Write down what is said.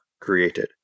created